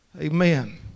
Amen